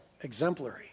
exemplary